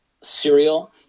cereal